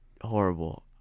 horrible